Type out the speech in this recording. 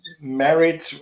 married